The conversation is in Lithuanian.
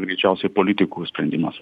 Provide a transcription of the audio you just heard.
greičiausiai politikų sprendimas